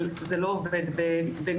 אבל זה לא כך בניהול.